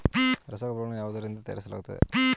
ರಸಗೊಬ್ಬರಗಳನ್ನು ಯಾವುದರಿಂದ ತಯಾರಿಸಲಾಗುತ್ತದೆ?